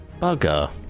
Bugger